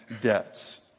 debts